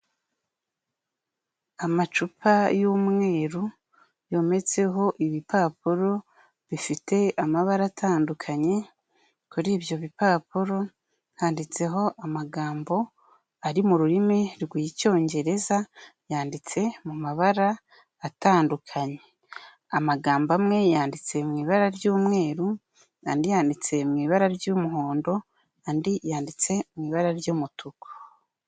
Amacupa y'umweru yometseho ibipapuro bifite amabara atandukanye, kuri ibyo bipapuro handitseho amagambo ari mu rurimi rw'Icyongereza yanditse mu mabara atandukanye, amagambo amwe yanditse mu ibara ry'umweru, andi yanditse mu ibara ry'umuhondo, andi yanditse mu ibara ry'umutuku.